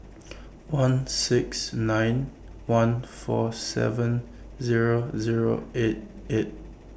one six nine one four seven Zero Zero eight eight